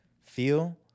feel